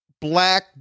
black